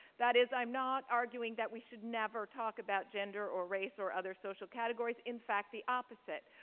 that is, i'm not arguing that we should never talk about gender or race or other social categories. in fact, the opposite.